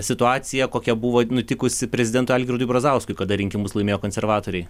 situacija kokia buvo nutikusi prezidentui algirdui brazauskui kada rinkimus laimėjo konservatoriai